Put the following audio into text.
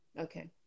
okay